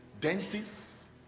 dentists